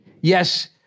yes